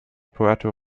puerto